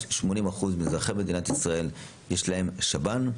80% מאזרחי מדינת ישראל שיש להם שב"ן.